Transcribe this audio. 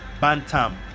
bantam